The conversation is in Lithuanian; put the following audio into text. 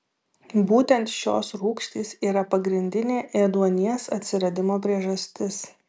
būtent šios rūgštys yra pagrindinė ėduonies atsiradimo priežastis